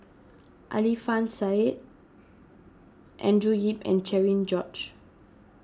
Alfian Sa'At Andrew Yip and Cherian George